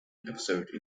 episode